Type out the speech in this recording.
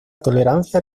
tolerancia